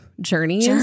journeys